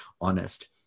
honest